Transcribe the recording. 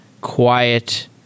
quiet